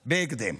בהקדם.